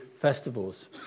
festivals